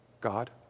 God